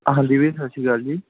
ਹਾਂਜੀ ਵੀਰ ਸਤਿ ਸ਼੍ਰੀ ਅਕਾਲ ਜੀ